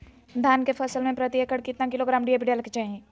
धान के फसल में प्रति एकड़ कितना किलोग्राम डी.ए.पी डाले के चाहिए?